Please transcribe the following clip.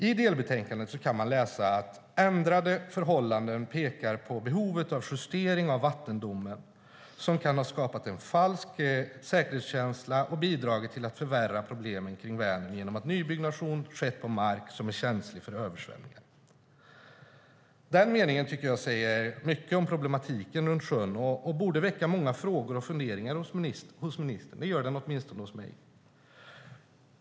I delbetänkandet kan man läsa: "Ändrade förhållanden pekar på behovet av justering av vattendomen som kan ha skapat en falsk säkerhetskänsla och bidragit till att förvärra problemen kring Vänern genom att nybyggnation skett på mark som är känslig för översvämningar." Den meningen tycker jag säger mycket om problematiken runt sjön, och den borde väcka många frågor och funderingar hos ministern. Det gör den åtminstone hos mig.